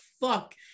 fuck